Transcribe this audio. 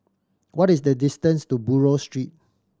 what is the distance to Buroh Street